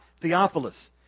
Theophilus